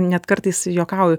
net kartais juokauju